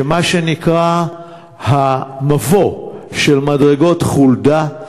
של מה שנקרא המבוא של מדרגות חולדה,